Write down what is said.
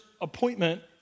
appointment